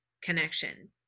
connection